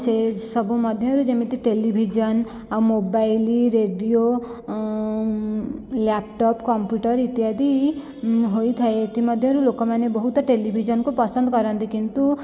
ସେସବୁ ମଧ୍ୟରୁ ଯେମିତି ଟେଲିଭିଜନ ଆଉ ମୋବାଇଲ୍ ରେଡିଓ ଲ୍ୟାପ୍ଟପ୍ କମ୍ପ୍ୟୁଟର ଇତ୍ୟାଦି ହୋଇଥାଏ ଏଥିମଧ୍ୟରୁ ଲୋକମାନେ ବହୁତ ଟେଲିଭିଜନକୁ ପସନ୍ଦ କରନ୍ତି କିନ୍ତୁ